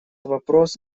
вопрос